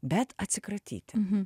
bet atsikratyti